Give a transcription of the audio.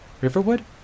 Riverwood